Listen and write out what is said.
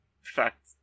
fact